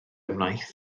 wnaeth